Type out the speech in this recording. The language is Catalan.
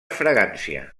fragància